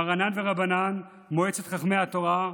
מרנן ורבנן מועצת חכמי התורה,